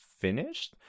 finished